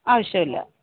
ആവശ്യമില്ല